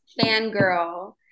fangirl